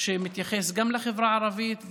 שמתייחס גם לחברה הערבית,